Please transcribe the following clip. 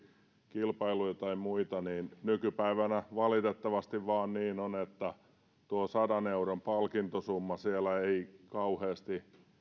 kilpailuja tai muita niin nykypäivänä valitettavasti vaan niin on on että tuo sadan euron palkintosumma siellä ei kauheasti